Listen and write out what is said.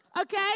okay